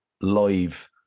live